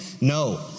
No